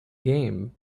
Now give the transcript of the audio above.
game